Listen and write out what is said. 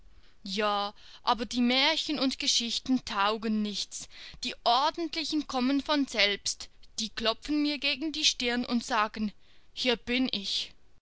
ja aber die märchen und geschichten taugen nichts die ordentlichen kommen von selbst die klopfen mir gegen die stirn und sagen hier bin ich